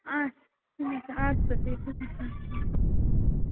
آچھا ٹھیٖک چھُ اَدٕ سا ٹھیٖک حظ چھُ